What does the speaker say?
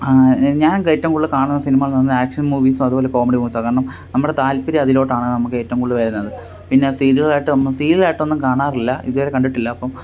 ഞാൻ ഏറ്റവും കൂടുതല് കാണുന്ന സിനിമകളെന്നു പറഞ്ഞാല് ആക്ഷൻ മൂവീസും അതുപോലെ കോമഡി മൂവീസുമാണ് കാരണം നമ്മുടെ താൽപ്പര്യം അതിലോട്ടാണ് നമുക്ക് ഏറ്റവും കൂടുതല് വരുന്നത് പിന്നെ സ്ഥിരമായിട്ട് യിട്ടൊന്നും കാണാറില്ല ഇതുവരെ കണ്ടിട്ടില്ല അപ്പോള്